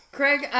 craig